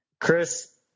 Chris